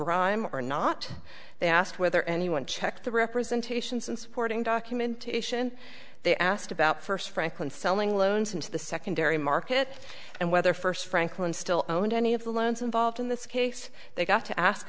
brime or not they asked whether anyone checked the representations and supporting documentation they asked about first franklin selling loans into the secondary market and whether first franklin still owned any of the loans involved in this case they got to ask